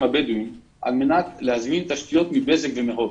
הבדואים על מנת להזמין תשתיות מבזק ומהוט.